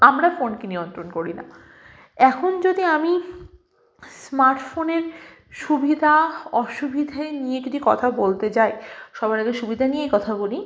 আমরা ফোনকে নিয়ন্ত্রণ করি না এখন যদি আমি স্মার্টফোনের সুবিধা অসুবিধে নিয়ে কিছু কথা বলতে যাই সবার আগে সুবিধা নিয়েই কথা বলি